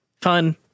fun